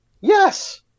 Yes